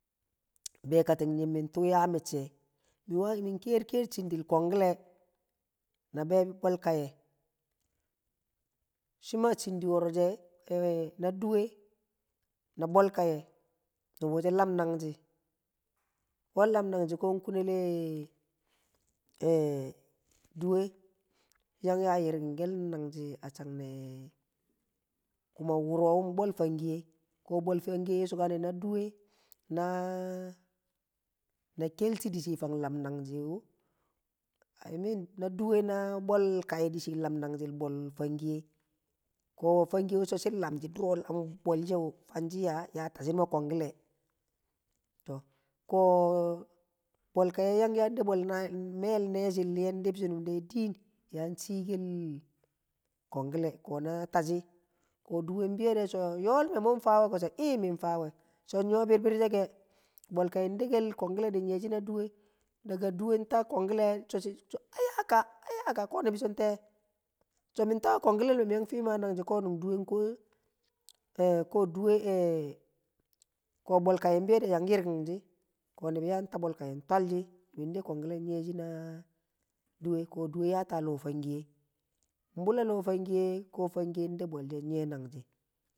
Bekatin nyimim tuu yaam mecce mi we mi ker- ker chindil kongile na bol kaye shima chindi woro she na duwe na bol kaye nubu she lam nangji we lam nangji ko kunel ee duwe yang ya yirkinkel nagji a chan ne kuma wuro bol fangiye, fangiye yeshi so na duwe kelti dishii fang lanbel nangjiwu i mean na duwe na bol kaye di shi fang lam nagjil bol fangiye ko fangiye wu yeshi so duro lam bolshe wu fanshi yaa ya tashi numo kongile to ko bol kaye ya yang dekel bol mel neshi liye dib shinum de diin ko chii kel kongile kontashi. Ko duwe biyo de so yolme mung fawe ko so i min fawe so nyo birbir she le bol kaye dekel kongile nye shi na duwe ai duwe faa kangkile so ayaaka ayaaka lambi so nte so min tawe longilel me mi yang a nan ko duwe nko ko duwe bol kaye biyo yang yirkin shi nibi ta bol kaye twalshi nibi de kongile nye shi na duwe ko duwe yaata llo fangiye bull a llo fangiye ko fangiye de bolshe nye nangji.